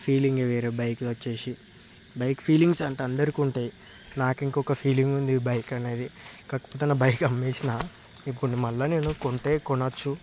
feeling వేరే bike వచ్చేసి bike feelings అంటే అందరికీ ఉంటాయి నాకు ఇంకొక ఫీలింగ్ ఉంది బైక్ అనేది కాకపోతే నా బైక్ అమ్మేసినా ఇప్పుడు మల్ల నేను కొంటె కొనొచ్చు